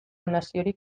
naziorik